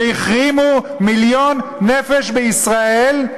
שהחרימו מיליון נפש בישראל,